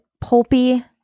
pulpy